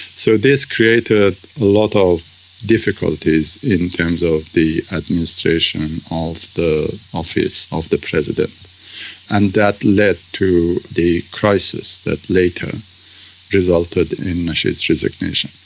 so this created a lot of difficulties in terms of the administration of the office of the president and that led to the crisis that later resulted in nasheed's resignation.